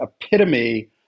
epitome